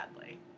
badly